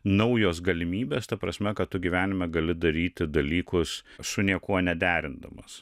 naujos galimybės ta prasme kad tu gyvenime gali daryti dalykus su niekuo nederindamas